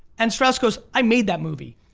and strauss goes, i made that movie.